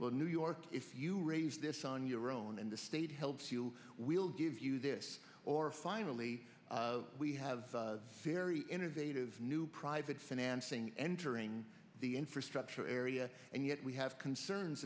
well new york if you raise this on your own in the state helps you we'll give you this or finally we have very innovative new private financing entering the infrastructure area and yet we have concerns